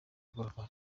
mirongo